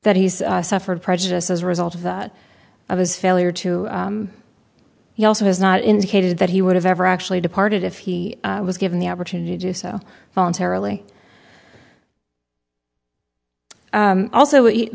that he's suffered prejudice as a result of his failure to he also has not indicated that he would have ever actually departed if he was given the opportunity to do so voluntarily also eat